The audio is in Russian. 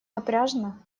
напряжно